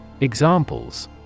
Examples